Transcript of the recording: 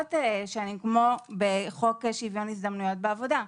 פחות שנים, כמו בחוק שוויון הזדמנויות בעבודה.